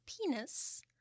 penis